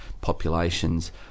populations